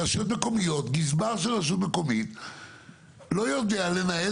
גזבר של רשות מקומית לא יודע לנהל